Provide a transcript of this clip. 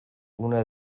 una